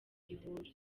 ihura